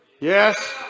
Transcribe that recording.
Yes